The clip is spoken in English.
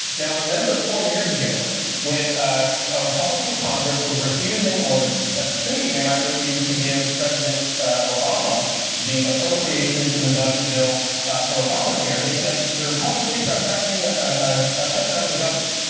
now, remember four years ago when a republican congress was refusing or ah thinking they might refuse to give president ah obama the appropriations in the budget bill for obamacare? they said, the republicans are threatening ah ah a shutdown of the government.